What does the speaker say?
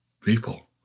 people